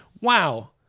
Wow